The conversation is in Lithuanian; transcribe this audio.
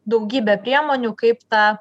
daugybe priemonių kaip tą